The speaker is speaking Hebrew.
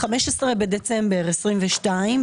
ב-15.12.22,